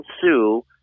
sue